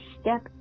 step